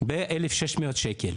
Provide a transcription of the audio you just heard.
ב-1600 שקל.